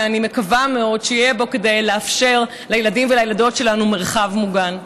ואני מקווה מאוד שיהיה בו כדי לאפשר לילדים ולילדות שלנו מרחב מוגן.